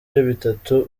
bitatu